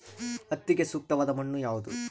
ಹತ್ತಿಗೆ ಸೂಕ್ತವಾದ ಮಣ್ಣು ಯಾವುದು?